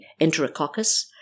enterococcus